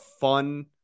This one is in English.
fun